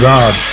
God